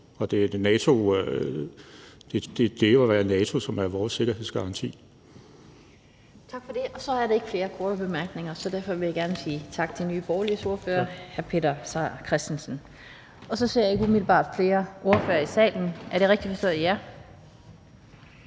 og det er det at være i NATO, som er vores sikkerhedsgaranti. Kl. 17:01 Den fg. formand (Annette Lind): Tak for det. Så er der ikke flere korte bemærkninger, og derfor vil jeg gerne sige tak til Nye Borgerliges ordfører, hr. Peter Seier Christensen. Og så ser jeg ikke umiddelbart flere ordførere i salen. Er det rigtigt forstået?